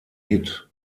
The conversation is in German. hit